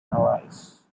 allies